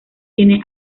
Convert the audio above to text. tiene